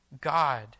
God